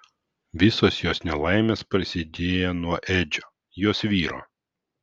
visos jos nelaimės prasidėjo nuo edžio jos vyro